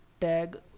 tag